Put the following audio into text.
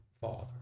father